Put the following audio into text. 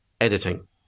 Editing